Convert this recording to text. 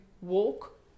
walk